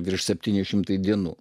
virš septyni šimtai dienų